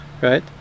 Right